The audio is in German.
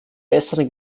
besseren